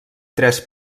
tres